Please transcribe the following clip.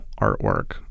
artwork